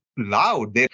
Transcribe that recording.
Loud